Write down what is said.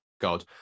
god